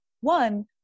One